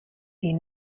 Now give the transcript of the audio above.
die